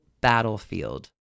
battlefield